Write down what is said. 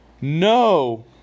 no